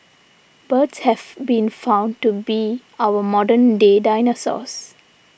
birds have been found to be our modern day dinosaurs